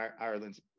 Ireland's